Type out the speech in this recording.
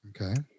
Okay